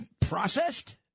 processed